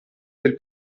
del